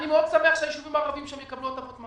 ובלבד שהם לא יעלו על 12 אחוז.